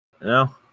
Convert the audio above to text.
No